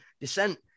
descent